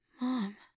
Mom